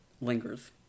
lingers